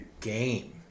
game